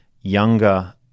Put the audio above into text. younger